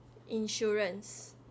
insurance